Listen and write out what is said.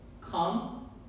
Come